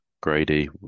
Grady